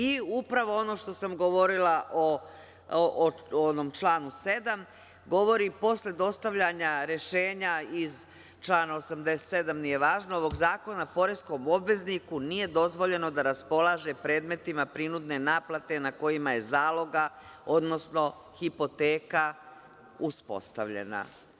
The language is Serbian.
I upravo ono što sam govorila o onom članu 7, govori - posle dostavljanja rešenja iz člana 87, nije važno, ovog zakona poreskom obvezniku nije dozvoljeno da raspolaže predmetima prinudne naplate na kojima je zaloga, odnosno hipoteka uspostavljena.